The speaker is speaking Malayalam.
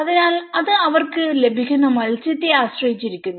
അതിനാൽ അത് അവർക്ക് ലഭിക്കുന്ന മത്സ്യത്തെ ആശ്രയിച്ചിരിക്കുന്നു